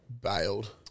bailed